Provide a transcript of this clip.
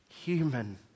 Human